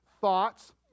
thoughts